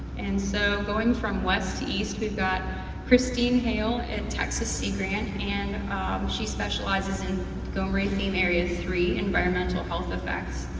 and so going from west to east, we've got christine hale at texas sea grant and she specializes in gomri theme area three environmental health effects.